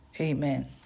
amen